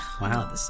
Wow